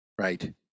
right